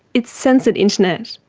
its censored internet,